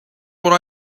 what